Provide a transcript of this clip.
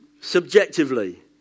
subjectively